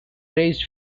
raised